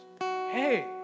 hey